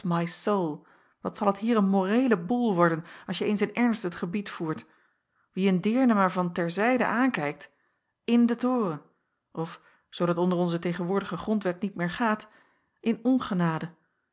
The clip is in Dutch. wat zal het hier een moreele boêl worden als je eens in ernst het gebied voert wie een deerne maar van ter zijde aankijkt in den toren of zoo dat onder onze tegenwoordige grondwet niet meer gaat in